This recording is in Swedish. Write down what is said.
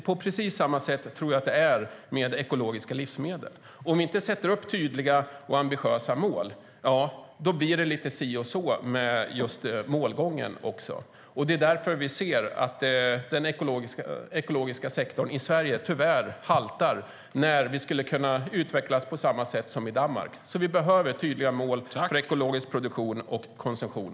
På precis samma sätt tror jag att det är med ekologiska livsmedel. Om vi inte sätter upp tydliga och ambitiösa mål blir det lite si och så med målgången också. Det är därför vi ser att den ekologiska sektorn i Sverige tyvärr haltar, när vi skulle kunna utvecklas på samma sätt som i Danmark. Vi behöver tydliga mål för ekologisk produktion och konsumtion.